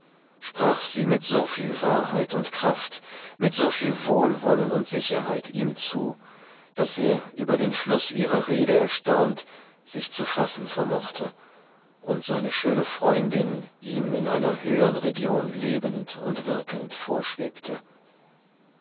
sprach sie mit so viel wahrheit und kraft mit so viel wohlwollen und sicherheit ihm zu daß er über den fluß ihrer rede erstaunt sich zu fassen vermochte und seine schöne freundin ihm in einer höhern region lebend und wirkend vorschwebte